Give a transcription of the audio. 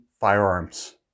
firearms